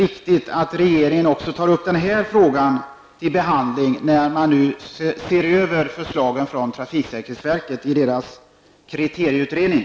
När man ser över förslagen från trafikverkets kriterieutredning, tycker jag därför att det är mycket viktigt att regeringen tar upp denna fråga till behandling.